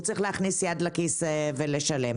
הוא צריך להכניס יד לכיס ולשלם.